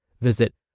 Visit